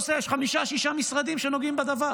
בכל נושא יש חמישה-שישה משרדים שנוגעים בדבר.